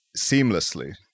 seamlessly